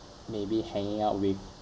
maybe hanging out with